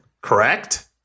correct